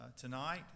tonight